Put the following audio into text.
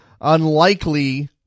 unlikely